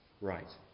right